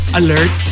alert